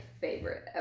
favorite